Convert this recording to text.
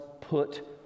put